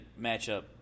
matchup